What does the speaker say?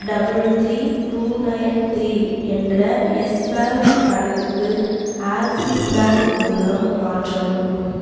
டவுள் three two nine three என்ற Yes Bank கணக்குக்கு Axis Bank மூலம் மாற்றவும்